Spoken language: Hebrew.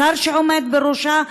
השר שעומד בראשה,